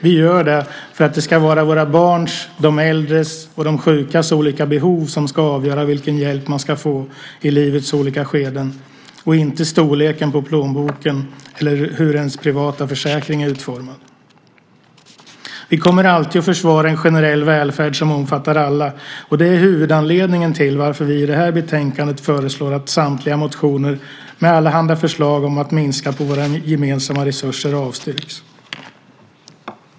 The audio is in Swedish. Vi gör det för att det ska vara våra barns, de äldres och de sjukas olika behov som ska avgöra vilken hjälp man ska få i livets olika skeden och inte storleken på plånboken eller hur ens privata försäkring är utformad. Vi kommer alltid att försvara en generell välfärd som omfattar alla, och det är huvudanledningen till att vi i det här betänkandet föreslår att samtliga motioner med allehanda förslag om att minska våra gemensamma resurser avstyrks.